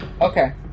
Okay